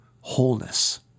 wholeness